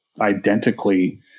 identically